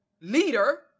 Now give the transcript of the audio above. leader